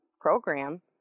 program